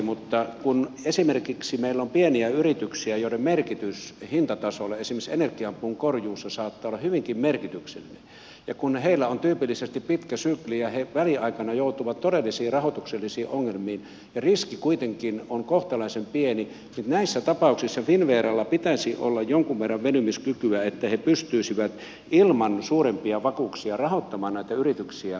mutta meillä on pieniä yrityksiä joiden merkitys hintatasolle esimerkiksi energiapuun korjuussa saattaa olla hyvinkin merkityksellinen ja kun heillä on tyypillisesti pitkä sykli ja he väliaikana joutuvat todellisiin rahoituksellisiin ongelmiin ja riski kuitenkin on kohtalaisen pieni niin näissä tapauksissa finnveralla pitäisi olla jonkin verran venymiskykyä että he pystyisivät ilman suurempia vakuuksia rahoittamaan näitä yrityksiä